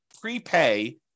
prepay